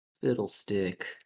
Fiddlestick